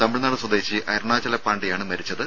തമിഴ്നാട് സ്വദേശി അരുണാചല പാണ്ടിയാണ് മരിച്ചത്